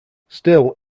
still